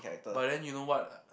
but then you know what